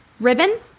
ribbon